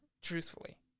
truthfully